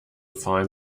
find